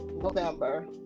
November